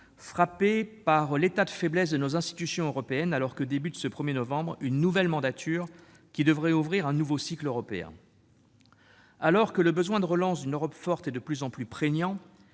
frappé par l'état de faiblesse de nos institutions européennes, alors que débutera, au 1 novembre prochain, une nouvelle mandature, qui devrait ouvrir un nouveau cycle européen. Alors que le besoin de relance d'une Europe forte est de plus en plus prégnant,